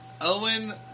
Owen